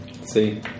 See